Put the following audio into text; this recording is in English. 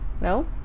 No